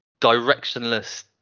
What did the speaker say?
directionless